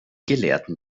gelehrten